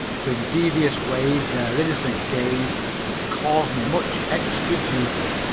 for in devious ways their innocent gaze has caused me much extra duty.